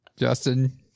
Justin